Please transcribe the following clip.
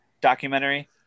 documentary